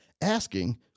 asking